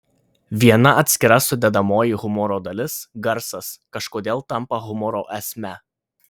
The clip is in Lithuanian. viena atskira sudedamoji humoro dalis garsas kažkodėl tampa humoro esme